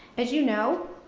as you know,